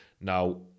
Now